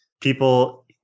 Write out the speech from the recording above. People